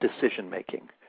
decision-making